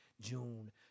June